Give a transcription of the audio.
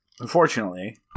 Unfortunately